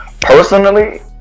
Personally